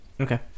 Okay